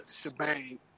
shebang